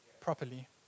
properly